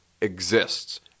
exists